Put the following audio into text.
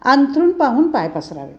अंथरूण पाहून पाय पसरावे